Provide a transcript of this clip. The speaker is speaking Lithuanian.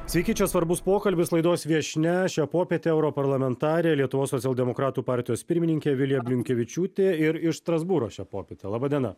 sveiki čia svarbus pokalbis laidos viešnia šią popietę europarlamentarė lietuvos socialdemokratų partijos pirmininkė vilija blinkevičiūtė ir iš strasbūro šią popietę laba diena